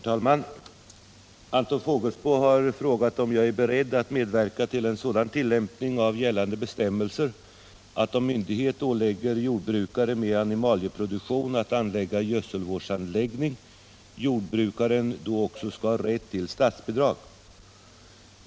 Herr talman! Anton Fågelsbo har frågat om jag är beredd att medverka till en sådan tillämpning av gällande bestämmelser att, om myndighet ålägger jordbrukare med animalieproduktion att anlägga gödselvårdsanläggning, jordbrukaren då också skall ha rätt till statsbidrag.